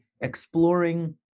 exploring